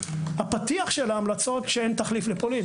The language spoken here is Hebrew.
הפתיח של ההמלצות אומר שאין תחליף לפולין